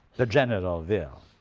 the general will.